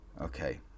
Okay